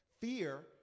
Fear